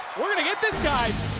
we're going to hit this guys